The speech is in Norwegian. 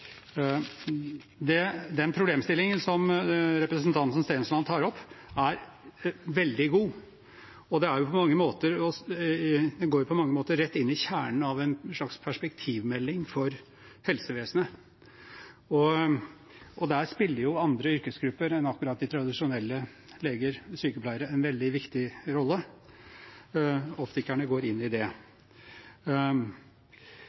Den problemstillingen som representanten Stensland tar opp, er veldig god. Den går på mange måter rett inn i kjernen av en slags perspektivmelding for helsevesenet. Der spiller andre yrkesgrupper enn akkurat de tradisjonelle, leger og sykepleiere, en veldig viktig rolle. Optikerne går inn i det.